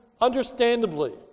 understandably